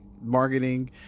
marketing